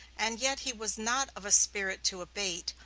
and yet he was not of a spirit to abate,